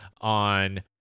on